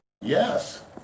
Yes